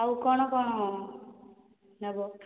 ଆଉ କ'ଣ କ'ଣ ନେବ